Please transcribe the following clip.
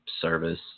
service